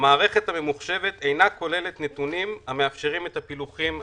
"המערכת הממוחשבת אינה כוללת נתונים המאפשרים את הפילוחים המבוקשים".